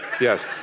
yes